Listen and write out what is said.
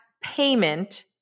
payment